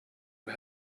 who